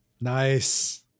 Nice